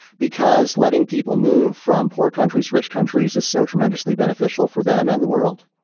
because letting people move from poor countries, rich countries is so tremendously beneficial for them and the world